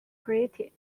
created